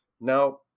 Now